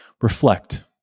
reflect